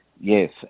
Yes